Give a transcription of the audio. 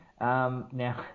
Now